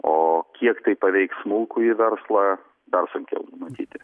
o kiek tai paveiks smulkųjį verslą dar sunkiau numatyti